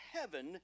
heaven